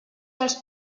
els